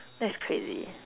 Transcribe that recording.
that's crazy